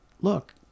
look